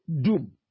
doom